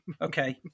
okay